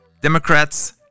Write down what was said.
Democrats